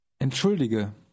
Entschuldige